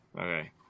Okay